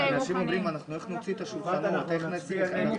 אמרנו תייצרו איזה שהוא היגיון מסדר ונתתי לך את הדוגמה,